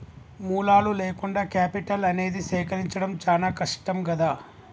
మూలాలు లేకుండా కేపిటల్ అనేది సేకరించడం చానా కష్టం గదా